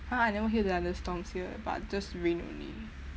!huh! I never hear thunderstorms here but just rain only